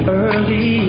early